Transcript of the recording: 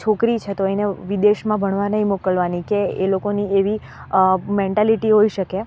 છોકરી છે તો એને વિદેશમાં ભણવા નહીં મોકલવાની કે એ લોકોની એવી મેન્ટાલીટી હોઈ શકે